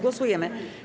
Głosujemy.